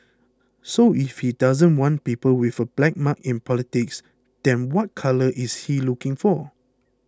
so if he doesn't want people with a black mark in politics then what colour is he looking for